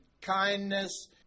kindness